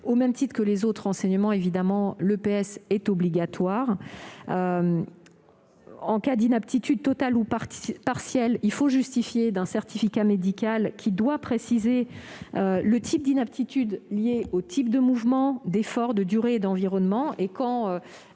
Au même titre que les autres enseignements, l'EPS est obligatoire. En cas d'inaptitude totale ou partielle, il faut justifier d'un certificat médical, qui doit préciser le type d'inaptitude au regard d'un type de mouvement, d'effort, de durée et d'environnement.